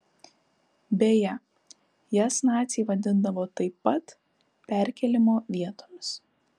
beje jas naciai vadindavo taip pat perkėlimo vietomis